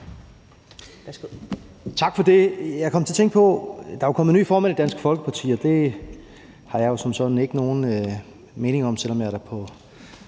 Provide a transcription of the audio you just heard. Tak for det. Jeg kom til at tænke på, at der jo er kommet en ny formand i Dansk Folkeparti, og det har jeg jo som sådan ikke nogen mening om, selv om jeg da på